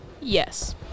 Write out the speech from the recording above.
Yes